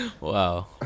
Wow